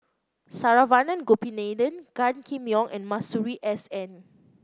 Saravanan Gopinathan Gan Kim Yong and Masuri S N